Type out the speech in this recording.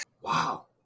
Wow